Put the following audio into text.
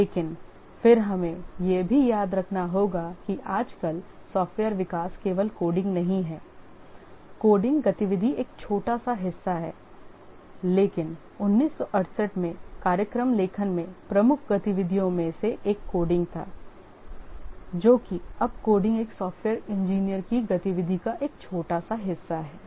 लेकिन फिर हमें यह भी याद रखना होगा कि आजकल सॉफ्टवेयर विकास केवल कोडिंग नहीं है कोडिंग गति विधि का एक छोटा हिस्सा है लेकिन 1968 मैं कार्यक्रम लेखन में प्रमुख गतिविधियों में से एक कोडिंग थालेकिन अब कोडिंग एक सॉफ्टवेयर इंजीनियर की गति विधि का एक छोटा सा हिस्सा है